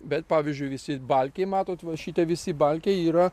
bet pavyzdžiui visi balkiai matot va šitie visi balkiai yra